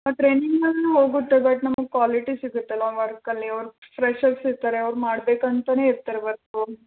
ಟ್ರೈನಿಂಗ್ನಲ್ಲೂ ಹೋಗುತ್ತೆ ಬಟ್ ನಮಗೆ ಕ್ವಾಲಿಟಿ ಸಿಗುತ್ತಲ್ಲ ವರ್ಕಲ್ಲಿ ವರ್ಕ್ ಫ್ರೆಷರ್ಸ್ ಇರ್ತಾರೆ ಅವ್ರು ಮಾಡ್ಬೇಕಂತಲೇ ಇರ್ತಾರೆ ವರ್ಕು